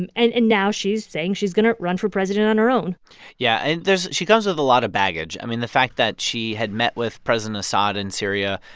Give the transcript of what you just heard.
and and and now she's saying she's going to run for president on her own yeah. and there's she comes with a lot of baggage i mean, the fact that she had met with president assad in syria,